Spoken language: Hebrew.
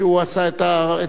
אוקיי, תודה רבה.